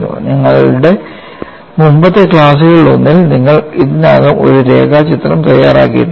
നിങ്ങളുടെ മുമ്പത്തെ ക്ലാസുകളിലൊന്നിൽ നിങ്ങൾ ഇതിനകം ഒരു രേഖാചിത്രം തയ്യാറാക്കിയിട്ടുണ്ട്